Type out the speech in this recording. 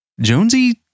Jonesy